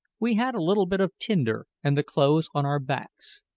we had a little bit of tinder and the clothes on our backs.